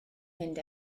mynd